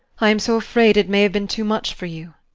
i am so afraid it may have been too much for you.